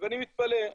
ואני מתפלא.